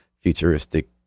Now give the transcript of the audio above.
futuristic